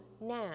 now